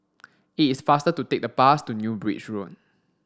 it's faster to take the bus to New Bridge Road